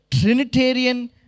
Trinitarian